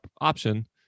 option